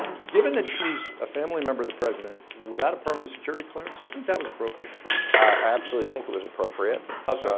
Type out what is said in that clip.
given that she's a family member of the president without a permanent security clearance, do you think that was appropriate? i absolutely think it was appropriate. how so?